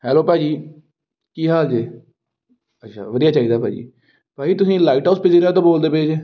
hello ਭਾਅ ਜੀ ਕੀ ਹਾਲ ਜੇ ਅੱਛਾ ਵਧੀਆ ਚਾਹੀਦਾ ਭਾਅ ਜੀ ਭਾਅ ਜੀ ਤੁਸੀਂ ਲਾਈਟ ਹਾਊਸ ਪਿਜ਼ੇਰੀਆ ਤੋਂ ਬੋਲਦੇ ਪਏ ਜੇ